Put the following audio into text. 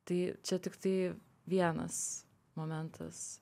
tai čia tiktai vienas momentas